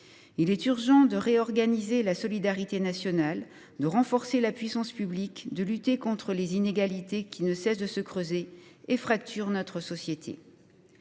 Il est urgent de réorganiser la solidarité nationale, de renforcer la puissance publique et de lutter contre les inégalités, qui ne cessent de se creuser et fracturent notre société.